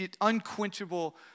unquenchable